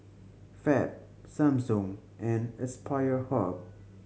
Fab Samsung and Aspire Hub